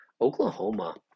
Oklahoma